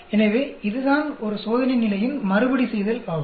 எனவே இதுதான் ஒரு சோதனை நிலையின் மறுபடிசெய்தல் ஆகும்